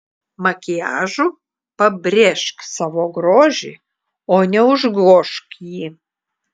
makiažu pabrėžk savo grožį o ne užgožk jį